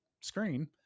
screen